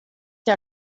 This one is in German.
der